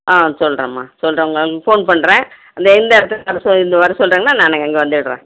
ஆ சொல்கிறேம்மா சொல்கிறேன் உங்கள் ஃபோன் பண்ணுறேன் அந்த எந்த அட்ரஸுக்கு வர சொல்லியிருந்தோம் வர சொல்கிறிங்களோ நான் அங்கே வந்துவிடுறேன்